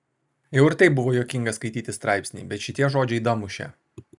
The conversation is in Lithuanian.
jau ir taip buvo juokinga skaityti straipsnį bet šitie žodžiai damušė